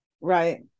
Right